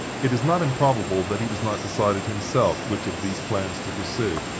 it is not improbable that he was not decided himself which of these plans to pursue,